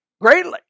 greatly